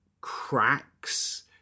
cracks